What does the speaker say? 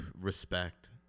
respect